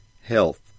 HEALTH